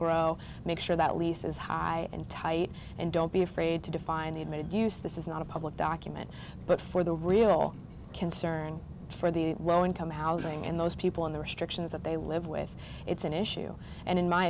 grow make sure that lease is high and tight and don't be fraid to define a made use this is not a public document but for the real concern for the low income housing and those people in the restrictions that they live with it's an issue and in my